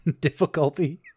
difficulty